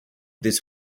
this